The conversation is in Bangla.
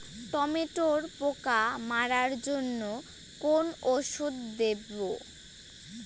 টমেটোর পোকা মারার জন্য কোন ওষুধ দেব?